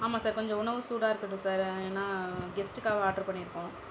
ஆமாம் சார் கொஞ்சம் உணவு சூடாக இருக்கட்டும் சார் ஏன்னா கெஸ்ட்டுக்காக ஆர்ட்ரு பண்ணியிருக்கோம்